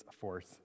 Force